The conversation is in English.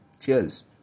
Cheers